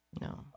no